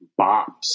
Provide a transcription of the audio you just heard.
Bops